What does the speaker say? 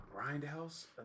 Grindhouse